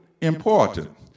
important